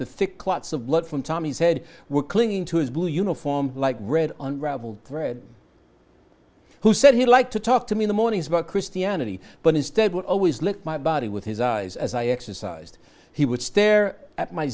blood from tom he said were clinging to his blue uniform like red unraveled thread who said he'd like to talk to me in the mornings about christianity but instead would always lick my body with his eyes as i exercised he would stare at my